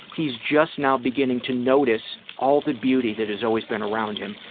he's just now beginning to notice all the beauty that has always been around him.